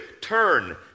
Turn